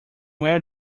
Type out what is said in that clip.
where